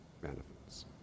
benefits